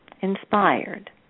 inspired